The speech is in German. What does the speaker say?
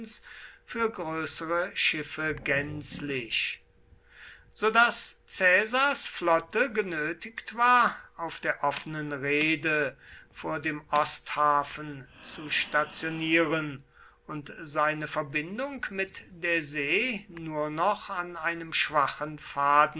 für größere schiffe gänzlich so daß caesars flotte genötigt war auf der offenen reede vor dem osthafen zu stationieren und seine verbindung mit der see nur noch an einem schwachen faden